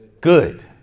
Good